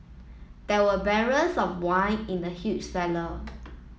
there were barrels of wine in the huge cellar